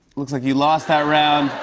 looks like you lost that round.